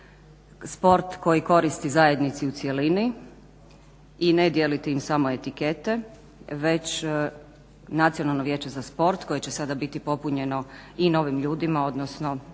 sport koji koristi zajednici u cjelini i ne dijeliti im samo etikete, već nacionalno vijeće za sport koje će sada biti popunjeno i novim ljudima, odnosno